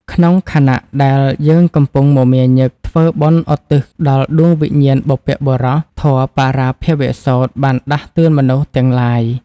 ក្នុងខណៈដែលយើងកំពុងមមាញឹកធ្វើបុណ្យឧទ្ទិសដល់ដួងវិញ្ញាណបុព្វបុរស ធម៌បរាភវសូត្របានដាស់តឿនមនុស្សទាំងឡាយ។